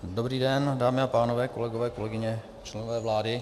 Dobrý den, dámy a pánové, kolegové, kolegyně, členové vlády.